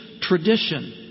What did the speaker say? tradition